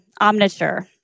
Omniture